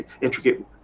intricate